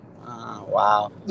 Wow